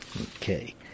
Okay